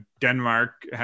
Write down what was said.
Denmark